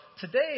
today